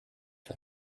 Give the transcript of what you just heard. for